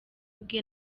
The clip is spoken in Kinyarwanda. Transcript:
bwe